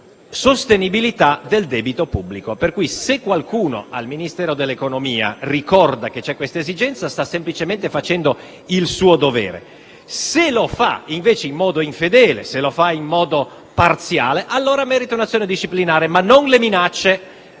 sostenibilità del debito pubblico. Per cui, se qualcuno al Ministero dell'economia ricorda che c'è questa esigenza sta semplicemente facendo il suo dovere. Se lo fa, invece, in modo infedele e in modo parziale, allora merita un'azione disciplinare, ma non le minacce